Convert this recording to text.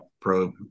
pro